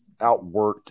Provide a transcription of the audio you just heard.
outworked